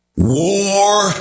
WAR